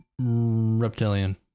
Reptilian